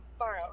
Tomorrow